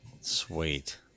Sweet